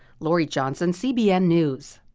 lori johnson, cbn news.